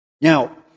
Now